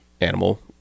animal